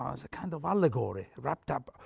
as a kind of allegory wrapped up.